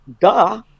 Duh